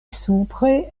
supre